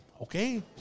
okay